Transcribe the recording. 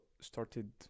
started